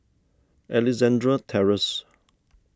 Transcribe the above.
Alexandra Terrace